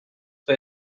for